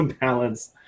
balance